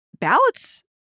ballots